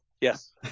Yes